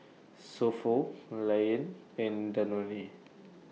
So Pho Lion and Danone